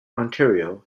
ontario